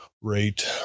rate